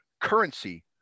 currency